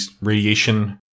radiation